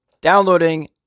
downloading